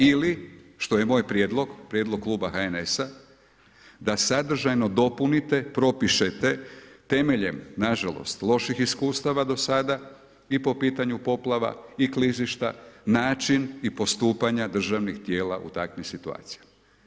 Ili što je moj prijedlog, prijedlog Kluba HNS-a da sadržajno dopunite, propišete, temeljem, nažalost, loših iskustava do sada i po pitanju poplava i klizišta, način i postupanje državnih tijela u takvim situacijama.